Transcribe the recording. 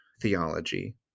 theology